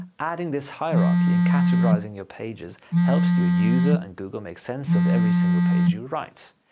adding this hierarchy and categorizing your pages helps your user and google make sense of every single page you write.